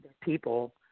people